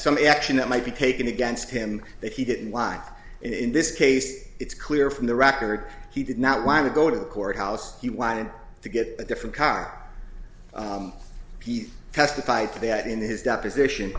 some action that might be taken against him that he didn't lie in this case it's clear from the record he did not want to go to the courthouse he wanted to get a different car he testified to that in his deposition